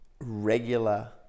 regular